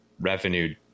revenue